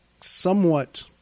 somewhat